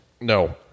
No